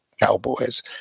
cowboys